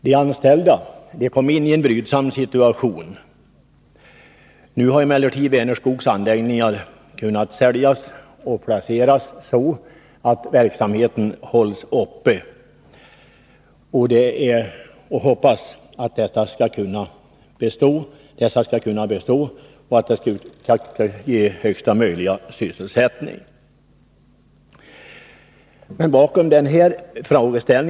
De anställda kom i en brydsam situation, men nu har Vänerskogs anläggningar kunnat säljas på sådana villkor att verksamheten kan upprätthållas. Man får hoppas att det hela blir bestående och att sysselsättningen blir så stor som möjligt.